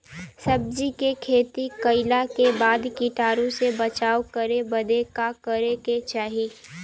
सब्जी के खेती कइला के बाद कीटाणु से बचाव करे बदे का करे के चाही?